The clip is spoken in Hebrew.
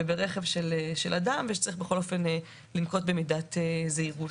על רכב של אדם וצריך בכל אופן לנקוט במידת זהירות.